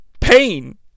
pain